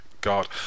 God